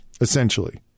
essentially